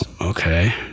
Okay